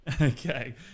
Okay